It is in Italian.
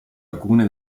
alcune